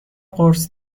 قرص